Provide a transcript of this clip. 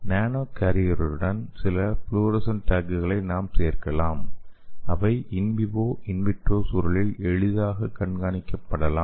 நானோ கேரியருடன் சில ஃப்ளோரசன்ஸ் டேக்களை நாம் சேர்க்கலாம் அவை இன்விவோ இன்விட்ரோ சூழலில் எளிதாக கண்காணிக்கப்படலாம்